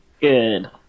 Good